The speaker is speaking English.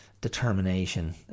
determination